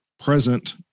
present